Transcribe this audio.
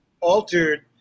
altered